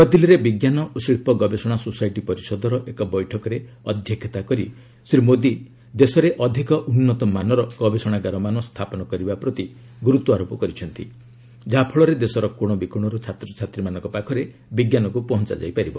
ନୂଆଦିଲ୍ଲୀରେ ବିଜ୍ଞାନ ଓ ଶିଳ୍ପ ଗବେଷଣା ସୋସିଆଟି ପରିଷଦର ଏକ ବୈଠକରେ ଅଧ୍ୟକ୍ଷତା କରି ଶ୍ରୀ ମୋଦୀ ଦେଶରେ ଅଧିକ ଉନ୍ନତରମାନର ଗବେଷଣାଗାରମାନ ସ୍ଥାପନ କରିବା ପ୍ରତି ଗୁରୁତ୍ୱାରୋପ କରିଛନ୍ତି ଯାହାଫଳରେ ଦେଶର କୋଶ ବିକୋଶର ଛାତ୍ରଛାତ୍ରୀମାନଙ୍କ ପାଖରେ ବିଜ୍ଞାନକୁ ପହଞ୍ଚାଯାଇ ପାରିବ